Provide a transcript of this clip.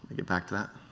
get back to that.